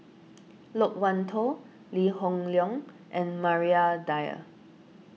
Loke Wan Tho Lee Hoon Leong and Maria Dyer